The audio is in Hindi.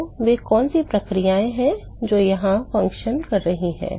तो वे कौन सी प्रक्रियाएँ हैं जो यहाँ फ़ंक्शन कर रही हैं